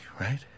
right